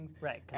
Right